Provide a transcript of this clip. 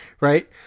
right